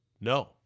No